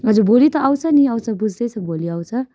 हजुर भोलि त आउँछ नि आउँछ बुझ्दैछु भोलि आउँछ